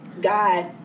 God